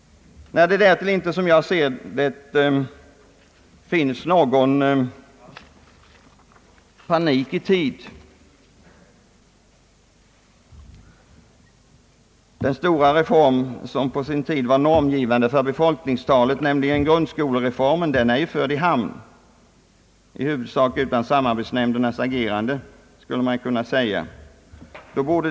Som jag ser det är det heller ingen panik i tid. Den stora reform som på sin tid var normgivande för befolkningstalet, nämligen grundskolereformen, är förd i hamn — i huvudsak utan samarbetsnämndernas agerande, kan man säga.